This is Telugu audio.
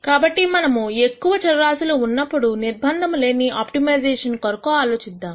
కాబట్టి మనము ఎక్కువ చరరాశులు ఉన్నప్పుడు నిర్బంధము లేని ఆప్టిమైజేషన్ కొరకు ఆలోచిద్దాము